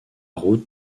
route